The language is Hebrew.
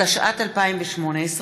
התשע"ט 2018,